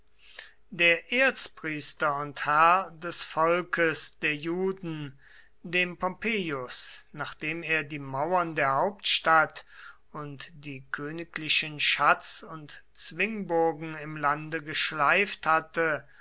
der erzpriester und herr des volkes der juden dem pompeius nachdem er die mauern der hauptstadt und die königlichen schatz und zwingburgen im lande geschleift hatte